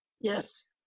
Yes